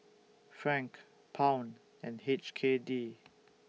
Franc Pound and H K D